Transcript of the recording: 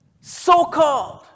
So-called